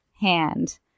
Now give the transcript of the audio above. hand